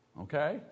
okay